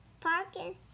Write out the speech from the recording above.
parking